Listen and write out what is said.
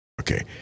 Okay